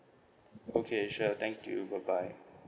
okay sure thank you bye bye